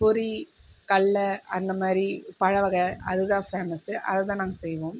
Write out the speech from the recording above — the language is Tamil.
பொரி கல்லை அந்த மாதிரி பழ வக அது தான் ஃபேமஸு அதை தான் நாங்கள் செய்வோம்